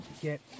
get